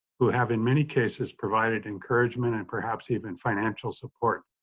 who have, in many cases, provided encouragement and perhaps even financial support.